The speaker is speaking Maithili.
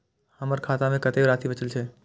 हमर खाता में कतेक राशि बचल छे?